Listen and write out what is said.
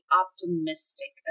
optimistic